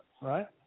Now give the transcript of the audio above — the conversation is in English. Right